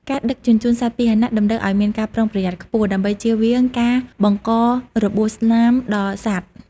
ការដឹកជញ្ជូនសត្វពាហនៈតម្រូវឱ្យមានការប្រុងប្រយ័ត្នខ្ពស់ ដើម្បីជៀសវាងការបង្ករបួសស្នាមដល់សត្វ។